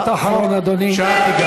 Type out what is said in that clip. משפט אחרון, אדוני.